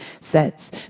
sets